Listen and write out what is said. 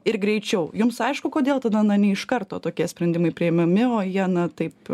ir greičiau jums aišku kodėl tada na ne iš karto tokie sprendimai priimami o jie na taip